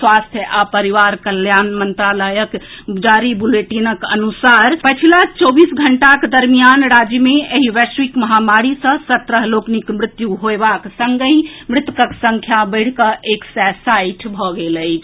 स्वास्थ्य आ परिवार कल्याण मंत्रालयक बुलेटिनक अनुसार पछिला चौबीस घंटाक दरमियान राज्य मे एहि वैश्विक महामारी सँ सत्रह लोकनिक मृत्यु होयबाक संगहि मृतकक संख्या बढ़िकऽ एक सय साठि भऽ गेल अछि